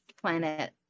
planet